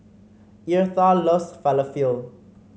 Eartha loves Falafel